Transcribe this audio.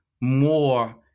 more